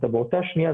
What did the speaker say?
באותה שנייה,